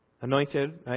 anointed